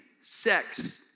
sex